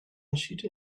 entschied